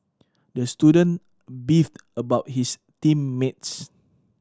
the student beefed about his team mates